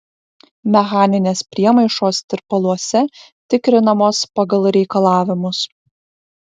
mechaninės priemaišos tirpaluose tikrinamos pagal reikalavimus